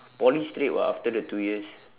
poly straight [what] after the two years